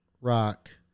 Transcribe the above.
rock